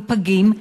עם פגים,